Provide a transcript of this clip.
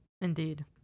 Indeed